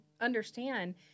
understand